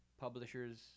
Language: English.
publishers